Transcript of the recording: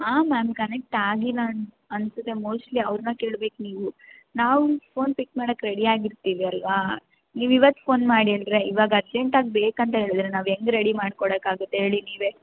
ಹಾಂ ma'am connect ಆಗಿಲ್ಲ ಅನಿಸುತ್ತೆ ಮೋಸ್ಟ್ಲಿ ಅವ್ರನ್ನ ಕೇಳ್ಬೇಕು ನೀವು ನಾವು ಫೋನ್ ಪಿಕ್ ಮಾಡಕೆ ರೆಡಿ ಆಗಿರ್ತೀವಿ ಅಲ್ವಾ ನೀವು ಇವತ್ತು ಫೋನ್ ಮಾಡಿ ಹೇಳ್ದ್ರೆ ಇವಾಗ ಅರ್ಜೆಂಟಾಗಿ ಬೇಕು ಅಂತ ಹೇಳ್ದ್ರೆ ನಾವು ಹೆಂಗ್ ರೆಡಿ ಮಾಡಿ ಕೊಡಕಾಗುತ್ತೆ ಹೇಳಿ ನೀವೇ